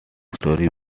story